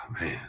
man